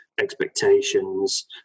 expectations